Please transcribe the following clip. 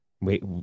wait